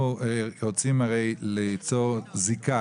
אנחנו רוצים הרי ליצור זיקה.